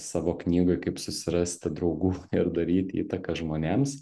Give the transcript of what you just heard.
savo knygoj kaip susirasti draugų ir daryti įtaką žmonėms